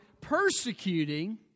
persecuting